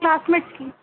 classmates کی